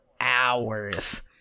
hours